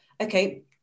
okay